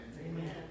Amen